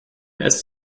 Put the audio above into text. dns